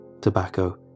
tobacco